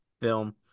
film